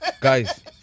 Guys